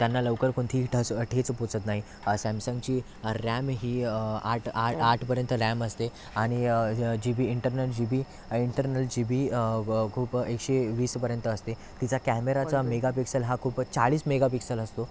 त्यांना लवकर कोणतीही ठस ठेच पोहचत नाही सॅमसंगची रॅमही आठ आठ आठपर्यंत रॅम असते आणि GB internal GB internal GB खूप एकशे वीसपर्यंत असते तिचा कॅमेराचा मेगापिक्सेल हा खूपच चाळीस मेगापिक्सेल असतो